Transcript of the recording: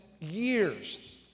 years